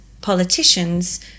politicians